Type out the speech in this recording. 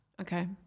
okay